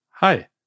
Hi